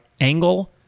angle